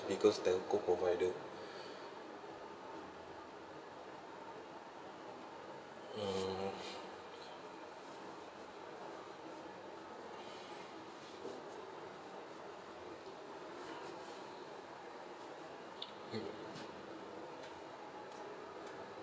biggest telco provider mm